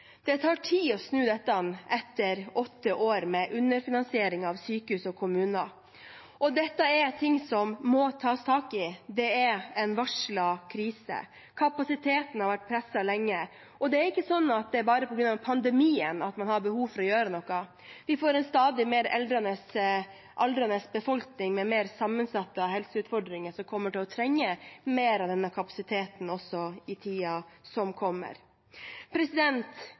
Det tar tid å snu dette etter åtte år med underfinansiering av sykehus og kommuner, og dette er ting som må tas tak i. Det er en varslet krise. Kapasiteten har vært presset lenge, og det er ikke sånn at det bare er på grunn av pandemien at man har behov for å gjøre noe. Vi får en stadig eldre befolkning med mer sammensatte helseutfordringer som kommer til å trenge mer av denne kapasiteten også i tiden som kommer.